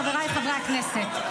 חבריי חברי הכנסת,